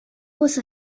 was